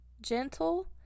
gentle